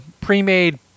pre-made –